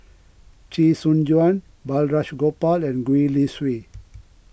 Chee Soon Juan Balraj Gopal and Gwee Li Sui